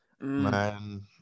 Man